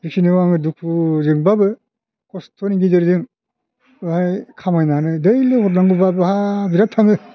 बेखिनियाव आङो दुखुजोंबाबो खस्त'नि गेजेरजों बहाय खामायनानै दैलिग हरनांगौबा बहा बिराद थाङो